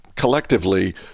collectively